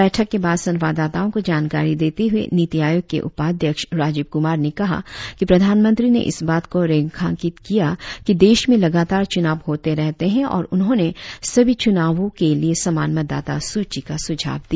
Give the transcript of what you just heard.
बैठक के बाद संवादाताओं को जानकारी देते हुए नीति आयोग के उपाध्यक्ष राजीव कुमार ने कहा कि प्रधानमंत्री ने इस बात को रेखांकि किया कि देश में लगातार चुनाव होते रहते है और उन्होंने सभी चुनावी के लिए समान मतदाता सूची का सुझाव दिया